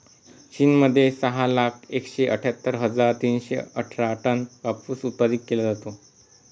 चीन मध्ये सहा लाख एकशे अठ्ठ्यातर हजार तीनशे अठरा टन कापूस उत्पादित केला जातो